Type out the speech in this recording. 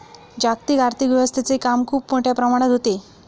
जागतिक आर्थिक व्यवस्थेचे काम खूप मोठ्या प्रमाणात होते